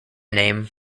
name